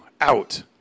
out